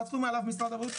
חתום עליו משרד הבריאות,